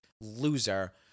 loser